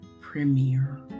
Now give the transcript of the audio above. premiere